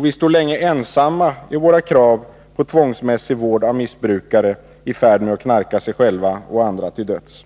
Vistod länge ensamma i våra krav på tvångsmässig vård av missbrukare i färd med att knarka sig själva och andra till döds.